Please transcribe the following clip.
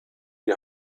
die